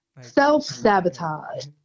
self-sabotage